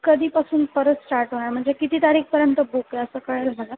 कधीपासून परत स्टार्ट होणार म्हणजे किती तारीखपर्यंत बुक आहे असं कळेल मला